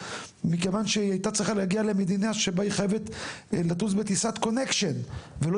מכיוון שהיא הייתה חייבת לחזור בטיסת קונקשן ולא